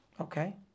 Okay